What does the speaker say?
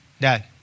dad